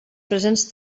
presents